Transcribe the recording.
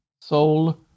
soul